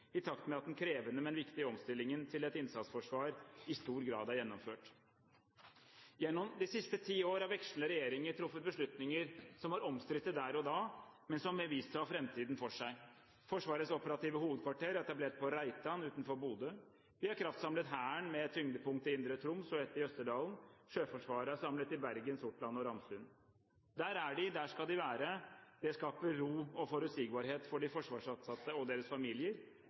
i takt med at den krevende, men viktige omstillingen til et innsatsforsvar i stor grad er gjennomført. Gjennom de siste ti år har vekslende regjeringer truffet beslutninger som var omstridt der og da, men som har vist seg å ha framtiden foran seg. Forsvarets operative hovedkvarter er etablert på Reitan utenfor Bodø. Vi har kraftsamlet Hæren med et tyngdepunkt i Indre Troms og ett i Østerdalen, Sjøforsvaret er samlet i Bergen, på Sortland og i Ramsund. Der er de, og der skal de være. Det skaper ro og forutsigbarhet for de forsvarsansatte og deres familier,